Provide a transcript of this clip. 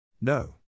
No